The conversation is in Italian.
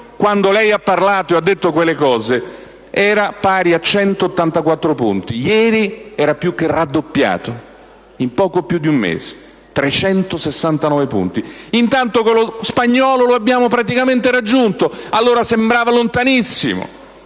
quando lei ha parlato e ha fatto quelle affermazioni, era pari a 184 punti; ieri era più che raddoppiato, in poco più di un mese: 369 punti. Intanto, quello spagnolo lo abbiamo praticamente raggiunto, mentre allora sembrava lontanissimo;